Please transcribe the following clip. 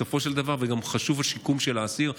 ובסופו של דבר חשוב גם השיקום של האסיר.